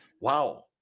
wow